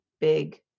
big